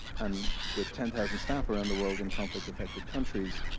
and with ten thousand staff around the world in conflict affected countries,